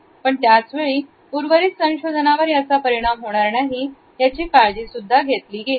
पण त्याचवेळी उर्वरित संशोधनावर याचा परिणाम होणार नाही याची काळजी घेतली गेली